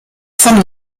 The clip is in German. von